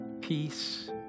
peace